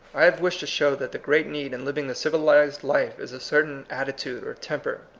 i have wished to show that the great need in living the civilized life is a certain attitude or temper.